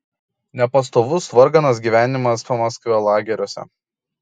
nepastovus varganas gyvenimas pamaskvio lageriuose